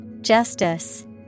Justice